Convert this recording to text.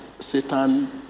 Satan